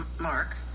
Mark